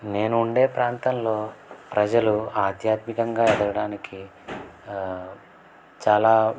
నేను ఉండే ప్రాంతంలో ప్రజలు ఆధ్యాత్మికంగా ఎదగడానికి చాలా